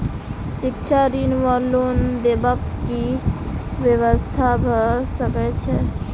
शिक्षा ऋण वा लोन देबाक की व्यवस्था भऽ सकै छै?